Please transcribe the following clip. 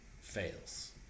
fails